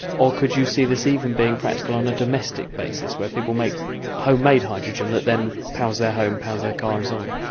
or could you see this even being practical on a domestic basis where people make homemade hydrogen that then powers their home, powers their car, and so on?